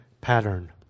pattern